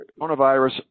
coronavirus